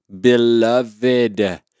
Beloved